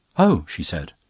oh! she said.